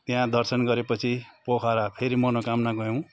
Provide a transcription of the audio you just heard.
त्यहाँ दर्शन गरे पछि पोखरा फेरि मनोकामना गयौँ